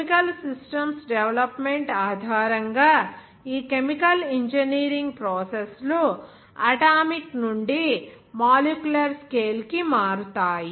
chemical systems development ఆధారంగా ఈ chemical engineering process లు అటామిక్ నుండి మాలిక్యులర్ స్కేల్ కి మారుతాయి